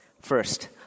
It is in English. First